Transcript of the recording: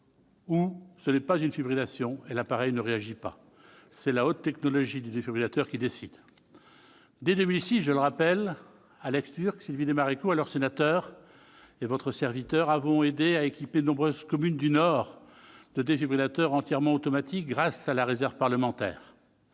ou ce n'est pas une fibrillation et l'appareil ne réagit pas. C'est la haute technologie du défibrillateur qui décide. Dès 2006, je le rappelle, Alex Türk, Sylvie Desmarescaux, alors sénateurs, et votre serviteur ont aidé à équiper de nombreuses communes du département du Nord de défibrillateurs entièrement automatiques grâce à la réserve parlementaire